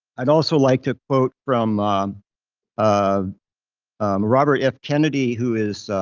i'd also like to quote from um um um robert f. kennedy who is